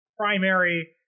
primary